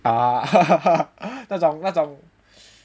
ah 那种那种